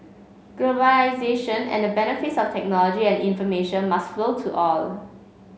globalisation and the benefits of technology and information must flow to all